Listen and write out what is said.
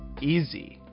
easy